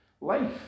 life